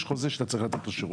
יש חוזה שאתה צריך לתת את השירות.